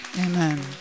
Amen